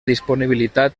disponibilitat